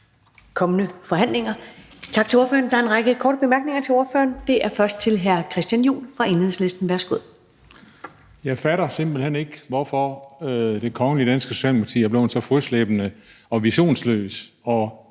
Jeg fatter simpelt hen ikke, hvorfor det kongelige danske Socialdemokrati er blevet så fodslæbende og visionsløse og